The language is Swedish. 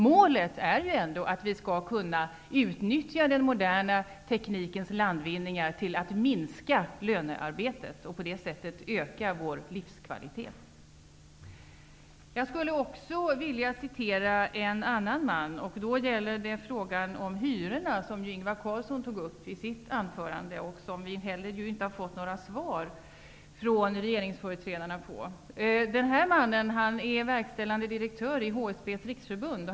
Målet är ändå att vi skall kunna utnyttja den moderna teknikens landvinningar till att minska lönearbetet och på det sättet öka vår livskvalitet. Jag skulle också vilja citera en annan man. Då gäller det frågan om hyrorna, som Ingvar Carlsson tog upp i sitt anförande. Vi har heller inte fått några svar från regeringsföreträdarna om detta. Den här mannen är verkställande direktör i HSB:s Riksförbund.